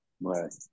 Right